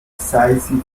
decisive